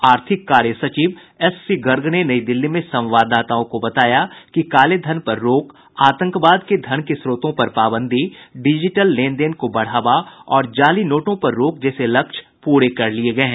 आर्थिक कार्य सचिव एस सी गर्ग ने नई दिल्ली में संवाददाताओं को बताया कि काले धन पर रोक आतंकवाद के धन के स्रोतों पर पाबंदी डिजीटल लेन देन को बढ़ावा और जाली नोटों पर रोक जैसे लक्ष्य पूरे कर लिये गये हैं